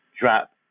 drop